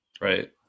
Right